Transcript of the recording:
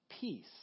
peace